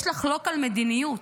יש לחלוק על מדיניות,